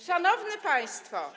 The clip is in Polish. Szanowny Państwo!